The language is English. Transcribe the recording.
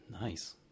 Nice